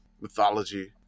mythology